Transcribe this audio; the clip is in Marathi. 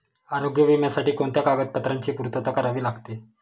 आरोग्य विम्यासाठी कोणत्या कागदपत्रांची पूर्तता करावी लागते?